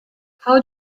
how